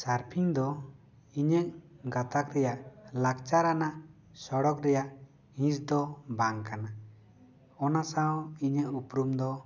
ᱥᱟᱨᱯᱷᱤᱧ ᱫᱚ ᱤᱧᱟᱹᱜ ᱜᱟᱛᱟᱠ ᱨᱮᱭᱟᱜ ᱞᱟᱠᱪᱟᱨᱟᱱᱟᱜ ᱥᱚᱲᱚᱠ ᱨᱮᱭᱟᱜ ᱦᱤᱸᱥ ᱫᱚ ᱵᱟᱝ ᱠᱟᱱᱟ ᱚᱱᱟ ᱥᱟᱶ ᱤᱧᱟᱹᱜ ᱩᱯᱨᱩᱢ ᱫᱚ